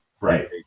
Right